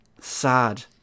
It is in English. sad